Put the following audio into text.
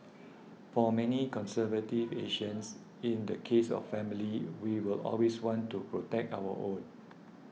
for many conservative Asians in the case of family we will always want to protect our own